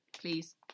Please